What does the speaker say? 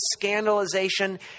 scandalization